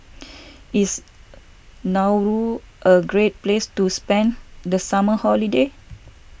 Is Nauru a great place to spend the summer holiday